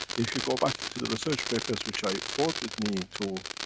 if you go back to the research papers which i brought with me to